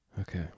Okay